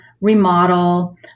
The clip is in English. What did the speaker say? remodel